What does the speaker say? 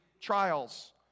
trials